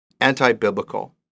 anti-biblical